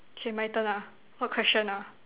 K my turn lah what question ah